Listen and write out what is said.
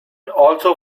also